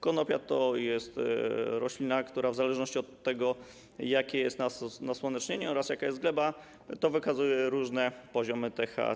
Konopie to roślina, która w zależności od tego, jakie jest nasłonecznienie oraz jaka jest gleba, wykazuje różne poziomy THC.